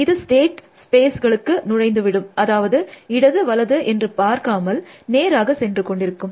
இது ஸ்டேட் ஸ்பேஸ்களுக்குள் நுழைந்துவிடும் அதாவது இடது வலது என்று பார்க்காமல் நேராக சென்று கொண்டிருக்கும்